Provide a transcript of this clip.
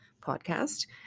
podcast